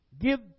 give